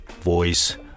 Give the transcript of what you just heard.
voice